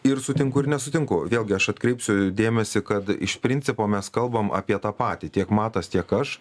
ir sutinku ir nesutinku vėlgi aš atkreipsiu dėmesį kad iš principo mes kalbam apie tą patį tiek matas tiek aš